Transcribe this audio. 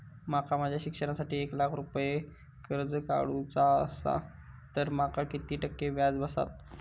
माका माझ्या शिक्षणासाठी एक लाख रुपये कर्ज काढू चा असा तर माका किती टक्के व्याज बसात?